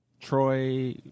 Troy